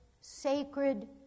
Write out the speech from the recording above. sacred